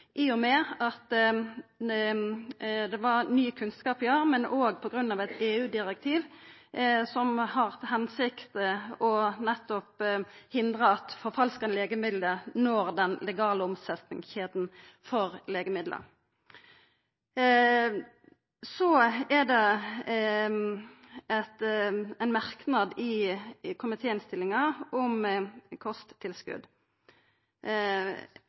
i og med at det var ny kunnskap, men òg på grunn av eit EU-direktiv som har til hensikt nettopp å hindra at forfalska legemiddel når den legale omsetningskjeda for legemiddel. Det er ein merknad i komitéinnstillinga om kosttilskot.